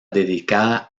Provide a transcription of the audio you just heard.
dedicada